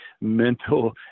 mental